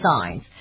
signs